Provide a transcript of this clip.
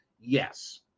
Yes